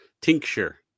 Tincture